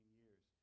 years